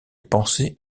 pensée